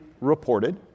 reported